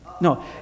No